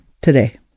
today